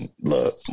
Look